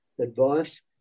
advice